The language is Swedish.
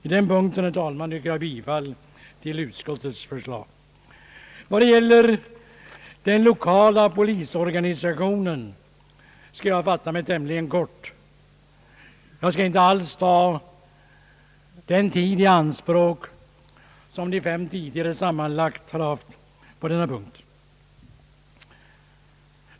På den punkten, herr talman, yrkar jag bifall till utskottets förslag. Vad gäller den lokala polisorganisationen skall jag fatta mig tämligen kort. Jag skall inte alls ta så lång tid i anspråk som de fem tidigare talarna sammanlagt har gjort.